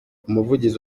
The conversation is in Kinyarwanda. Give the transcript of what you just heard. umuvugizi